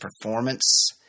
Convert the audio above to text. performance